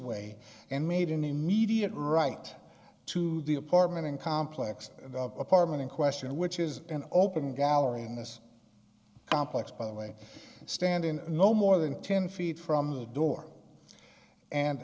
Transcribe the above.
way and made an immediate right to the apartment and complex apartment in question which is an open gallery in this complex by the way stand in no more than ten feet from the door and